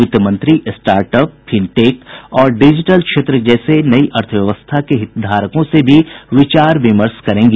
वित्त मंत्री start up fintech और डिजिटल क्षेत्र जैसे नई अर्थव्यवस्था के हितधारकों से भी विचार विमर्श करेंगी